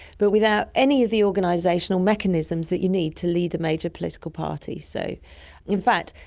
but without any of the organisational mechanisms that you need to lead a major political party. so in fact,